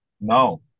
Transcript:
No